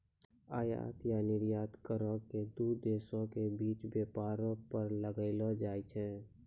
आयात या निर्यात करो के दू देशो के बीच व्यापारो पर लगैलो जाय छै